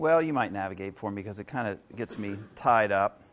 well you might navigate for me because it kind of gets me tied up